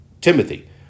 Timothy